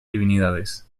divinidades